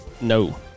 No